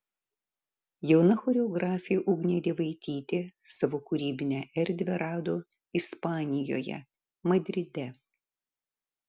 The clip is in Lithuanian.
jauna choreografė ugnė dievaitytė savo kūrybinę erdvę rado ispanijoje madride